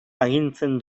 agintzen